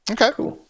Okay